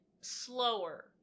slower